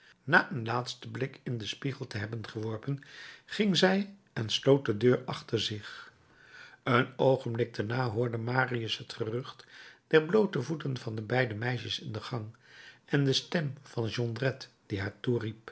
na een laatsten blik in den spiegel te hebben geworpen ging zij en sloot de deur achter zich een oogenblik daarna hoorde marius het gerucht der bloote voeten van de beide meisjes in de gang en de stem van jondrette die